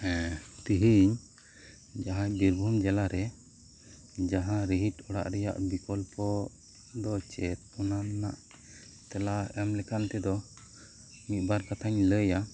ᱦᱮᱸ ᱛᱮᱦᱮᱧ ᱡᱟᱦᱟᱸᱭ ᱵᱤᱨᱵᱷᱩᱢ ᱡᱮᱞᱟ ᱨᱮ ᱡᱟᱦᱟᱸ ᱨᱤᱦᱤᱴ ᱚᱲᱟᱜ ᱨᱮᱱᱟᱜ ᱵᱤᱠᱚᱞᱯᱚ ᱫᱚ ᱪᱮᱫ ᱚᱱᱟ ᱨᱮᱱᱟᱜ ᱛᱮᱞᱟ ᱮᱢ ᱞᱮᱠᱷᱟᱱ ᱛᱮᱫᱚ ᱢᱤᱫ ᱵᱟᱨ ᱠᱟᱛᱷᱟᱧ ᱞᱟᱹᱭᱟ